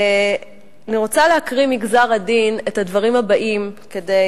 אני רוצה להקריא מגזר-הדין את הדברים הבאים כדי